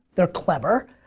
they're clever.